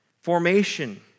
Formation